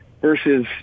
versus